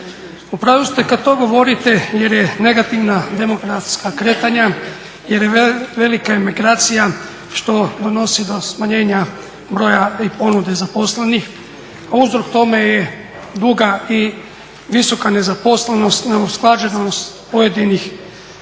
U pravu ste kada to govorite jer negativna demokratska kretanja, jer je velika imigracija što donosi do smanjenja broja i ponude zaposlenih, a uzrok tome je duga i visoka nezaposlenost, neusklađenost pojedinih